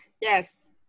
Yes